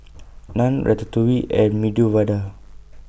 Naan Ratatouille and Medu Vada